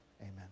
Amen